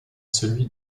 celui